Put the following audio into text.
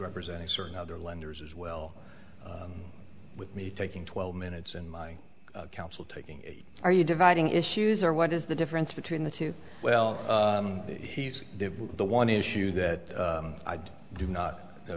representing certain other lenders as well with me taking twelve minutes in my counsel taking a are you dividing issues or what is the difference between the two well he's the one issue that i do not go